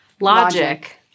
Logic